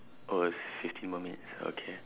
oh si~ fifteen more minutes okay